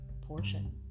portion